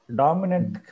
dominant